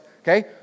Okay